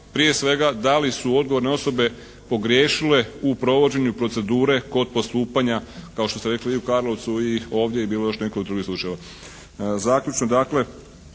prije svega da li su odgovorne osobe pogriješile u provođenju procedure kod postupanja kao što ste rekli i u Karlovcu i ovdje i bilo je još nekih drugi slučajeva. Zaključno dakle